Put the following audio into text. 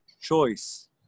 choice